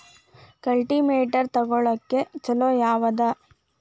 Cultivator ತೊಗೊಳಕ್ಕ ಛಲೋ ಯಾವದ?